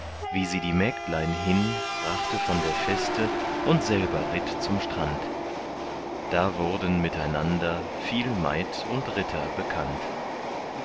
wie sie die mägdlein hin brachte von der feste und selber ritt zum strand da wurden miteinander viel maid und ritter bekannt